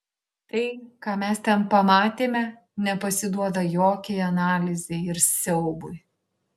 tai ką mes ten pamatėme nepasiduoda jokiai analizei ir siaubui